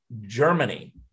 Germany